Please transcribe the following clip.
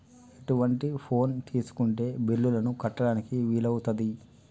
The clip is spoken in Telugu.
ఎటువంటి ఫోన్ తీసుకుంటే బిల్లులను కట్టడానికి వీలవుతది?